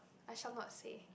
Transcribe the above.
I shall not say